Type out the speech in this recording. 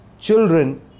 children